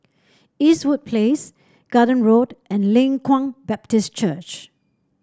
Eastwood Place Garden Road and Leng Kwang Baptist Church